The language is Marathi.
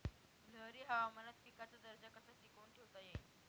लहरी हवामानात पिकाचा दर्जा कसा टिकवून ठेवता येईल?